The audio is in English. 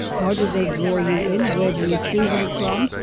how do they draw you in? where do you see them from?